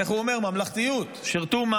איך הוא אומר, ממלכתיות, שירתו,